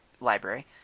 library